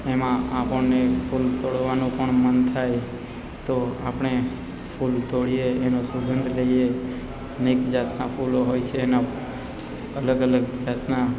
એમાં આપણને ફૂલ તોડવાનું પણ મન થાય તો આપણે ફૂલ તોડીએ એનું સુગંધ લઈએ અનેક જાતના ફૂલો હોય છે એના અલગ અલગ જાતના